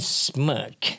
smirk